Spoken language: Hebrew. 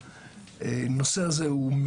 הנושא הזה חשוב,